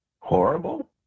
Horrible